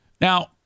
Now